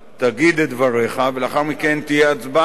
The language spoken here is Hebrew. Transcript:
תגיד את דבריך, ולאחר מכן תהיה הצבעה.